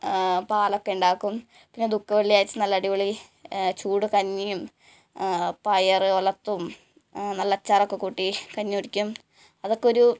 പാലൊക്കെ ഉണ്ടാക്കും പിന്നെ ദുഃഖ വെള്ളിയാഴ്ച്ച നല്ല അടിപൊളി ചൂട് കഞ്ഞിയും പയർ ഉലത്തും നല്ല അച്ചാറൊക്കെ കൂട്ടി കഞ്ഞി കുടിക്കും അതൊക്കെ ഒരു